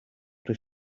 does